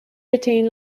retain